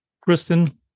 Kristen